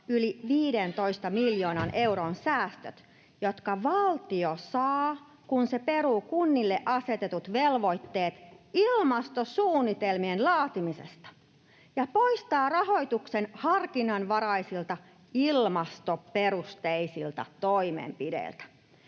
yli 15 miljoonan euron säästöt, jotka valtio saa, kun se peruu kunnille asetetut velvoitteet ilmastosuunnitelmien laatimisesta ja poistaa rahoituksen harkinnanvaraisilta ilmastoperusteisilta toimenpiteiltä.